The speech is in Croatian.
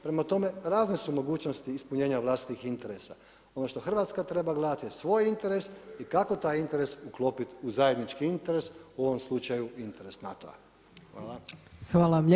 Prema tome razne su mogućnosti ispunjena vlastitih interesa, ono što Hrvatska treba gledati je svoj interes i kako taj interes uklopiti u zajednički interes u ovom slučaju interes NATO-a.